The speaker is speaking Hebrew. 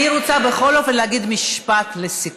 אני רוצה, בכל אופן, להגיד משפט לסיכום.